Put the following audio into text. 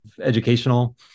educational